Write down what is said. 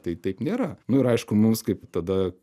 tai taip nėra nu ir aišku mums kaip tada